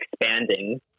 expanding